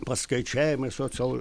paskaičiavimai social